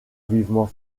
vivement